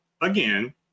again